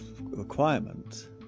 requirement